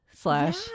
slash